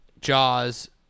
Jaws